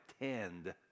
attend